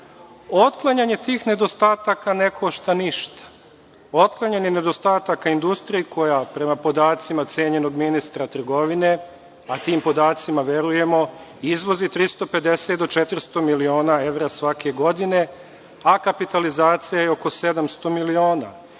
potrebe? Otklanjanje tih nedostataka ne košta ništa. Otklanjanje nedostataka industriji koja, prema podacima cenjenog ministra trgovine, a tim podacima verujemo, izvozi 350 do 400 miliona evra svake godine, a kapitalizacija je oko 700 miliona i